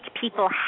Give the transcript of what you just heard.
people